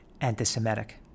anti-Semitic